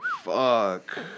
Fuck